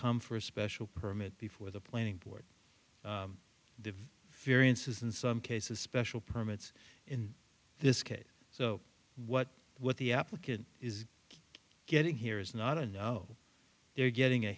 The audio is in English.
come for a special permit before the planning board variances in some cases special permits in this case so what what the applicant is getting here is not a no they're getting a